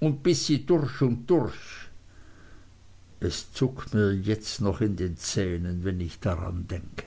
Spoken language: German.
und biß sie durch und durch es zuckt mir jetzt noch in den zähnen wenn ich daran denke